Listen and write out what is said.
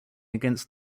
against